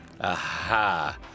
Aha